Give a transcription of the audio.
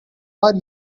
are